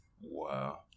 Wow